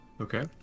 okay